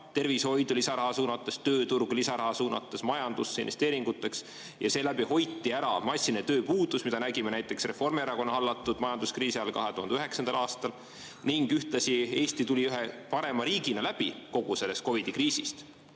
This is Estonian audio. tervishoidu lisaraha suunates, tööturgu lisaraha suunates, majandusse investeeringuteks. Seeläbi hoiti ära massiline tööpuudus, mida nägime näiteks Reformierakonna hallatud majanduskriisi ajal 2009. aastal ning ühtlasi Eesti tuli ühe parema riigina läbi kogu sellest COVID-i kriisist.